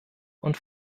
und